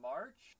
March